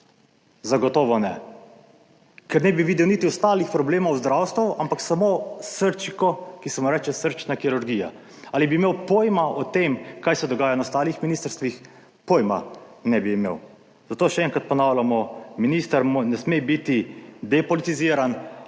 Zagotovo ne, ker ne bi videl niti ostalih problemov v zdravstvu, ampak samo srčiko, ki se mu reče srčna kirurgija? Ali bi imel pojma o tem, kaj se dogaja na ostalih ministrstvih? Pojma ne bi imel. Zato še enkrat ponavljamo minister ne sme biti depolitiziran,